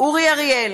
אורי אריאל,